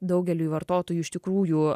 daugeliui vartotojų iš tikrųjų